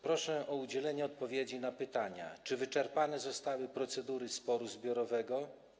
Proszę o udzielenie odpowiedzi na pytania: Czy wyczerpane zostały procedury sporu zbiorowego?